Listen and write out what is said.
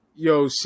Yo